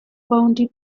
bounty